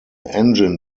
engine